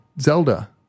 Zelda